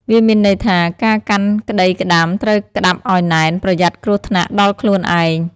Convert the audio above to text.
វាមានន័យថា ការកាន់ក្ដីក្ដាំត្រូវក្ដាប់ឲ្យណែន ប្រយ័ត្នគ្រោះថ្នាក់ដល់ខ្លួនឯង ។